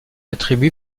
attribue